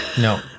No